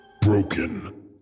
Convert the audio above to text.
Broken